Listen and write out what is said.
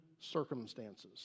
circumstances